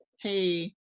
hey